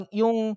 yung